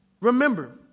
Remember